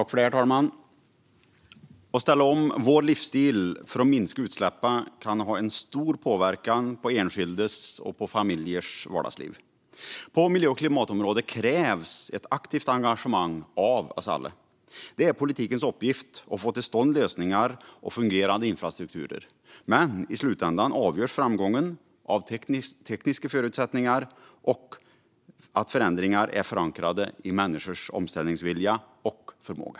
Herr talman! Att ställa om vår livsstil för att minska utsläppen kan ha en stor påverkan på enskildas och familjers vardagsliv. På miljö och klimatområdet krävs aktivt engagemang av oss alla. Det är politikens uppgift att få till stånd lösningar och fungerande infrastrukturer, men i slutändan avgörs framgången av tekniska förutsättningar och av att förändringar är förankrade i människors omställningsvilja och förmåga.